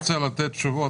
אני לא רוצה לתת תשובות,